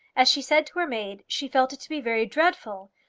as she said to her maid, she felt it to be very dreadful.